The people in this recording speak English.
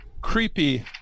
creepy